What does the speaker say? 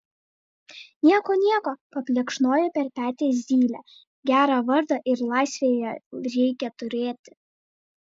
nieko nieko paplekšnojo per petį zylė gerą vardą ir laisvėje reikia turėti